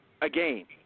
again